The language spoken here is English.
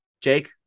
Jake